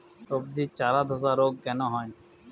সবজির চারা ধ্বসা রোগ কেন হয়?